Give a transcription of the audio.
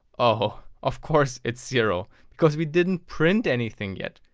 ah of course it's zero. because we didn't pint anything yet.